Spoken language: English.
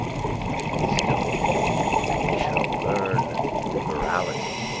with wisdom we shall learn liberality.